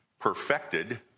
perfected